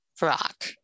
rock